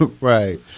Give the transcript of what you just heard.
Right